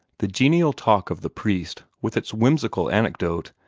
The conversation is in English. the genial talk of the priest, with its whimsical anecdote,